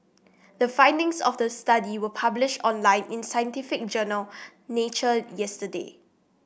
the findings of the study were published online in scientific journal Nature yesterday